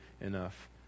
enough